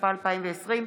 התשפ"א 2020,